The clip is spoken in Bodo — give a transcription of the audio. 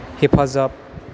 हेफाजाब